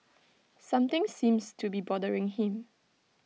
something seems to be bothering him